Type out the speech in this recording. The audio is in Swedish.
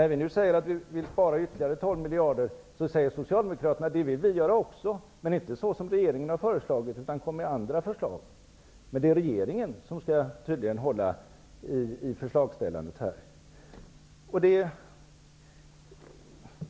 När vi nu säger att vi vill spara ytterligare 12 miljarder, säger Socialdemokraterna att det vill de också göra, men inte så som regeringen har föreslagit, utan de vill att vi skall komma med andra förslag. Det är tydligen regeringen som skall hålla i förslagsställandet här. Det är